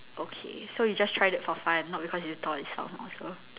okay so you just tried it for fun not because you thought it sounds awesome